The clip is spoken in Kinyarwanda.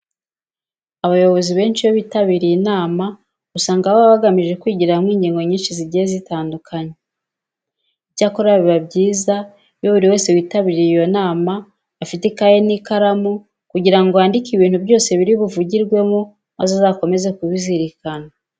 Abayobozi benshi iyo bitabiriye inama usanga baba bagamije kwigira hamwe ingingo nyinshi zigiye zitandukanye. Icyakora biba byiza iyo buri wese witabiriye iyo nama afite ikayi n'ikaramu kugira ngo yandike ibintu byose biri buvugirwemo maze azakomeze kubizirikana.